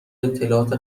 اطلاعات